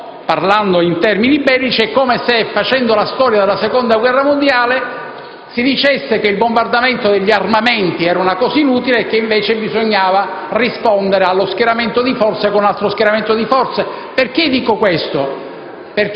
o, parlando in termini bellici, è come se, ripercorrendo la storia della Seconda guerra mondiale, si dicesse che il bombardamento degli armamenti era una cosa inutile e invece bisognava rispondere allo schieramento di forze con altro schieramento di forze. Perché dico questo?